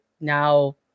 now